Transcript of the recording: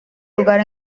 lugar